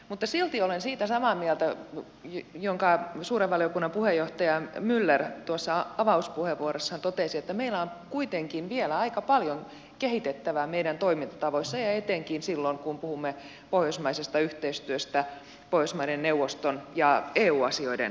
mutta silti olen samaa mieltä siitä minkä suuren valiokunnan puheenjohtaja myller tuossa avauspuheenvuorossaan totesi että meillä on kuitenkin vielä aika paljon kehitettävää meidän toimintatavoissamme etenkin silloin kun puhumme pohjoismaisesta yhteistyöstä pohjoismaiden neuvoston ja eu asioiden välillä